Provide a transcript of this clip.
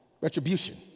retribution